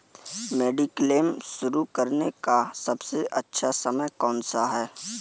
Mediclaim शुरू करने का सबसे अच्छा समय कौनसा है?